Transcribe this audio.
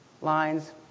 lines